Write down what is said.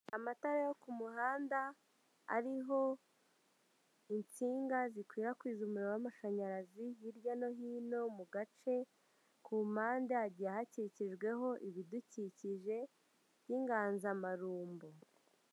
Amatara yo ku muhanda ariho insinga zikwirakwiza umuriro w'amashanyarazi hirya no hino mu gace ku mpande hagiye hakikijweho ibidukikije by'inganzamarumbu.